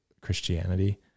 Christianity